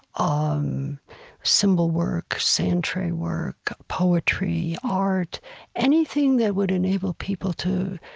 um symbol work, sand tray work, poetry, art anything that would enable people to